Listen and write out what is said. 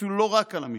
אפילו לא רק על המשטרה.